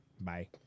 Bye